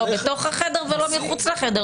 לא בתוך החדר ולא מחוץ לחדר,